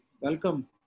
welcome